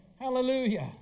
Hallelujah